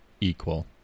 equal